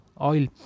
oil